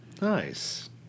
Nice